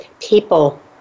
People